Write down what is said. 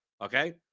Okay